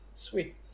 sweet